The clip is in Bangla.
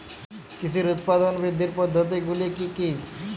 কৃষির উৎপাদন বৃদ্ধির পদ্ধতিগুলি কী কী?